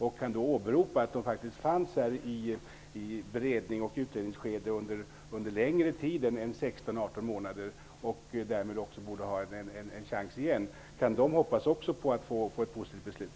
De kan då åberopa att de faktiskt fanns här i berednings och utredningsskede under längre tid än 16--18 månader och att de därmed också borde ha en chans igen. Kan de också hoppas på att få ett positivt beslut?